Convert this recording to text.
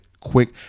quick